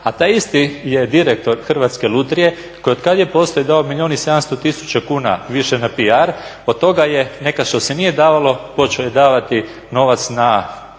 a taj isti je direktor Hrvatske lutrije koji otkad je postao je dao milijun i 700 tisuća kuna više na PR, od toga je nekad što se nije davalo počeo je davati novac na